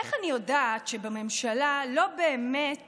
איך אני יודעת שבממשלה לא באמת